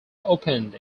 opened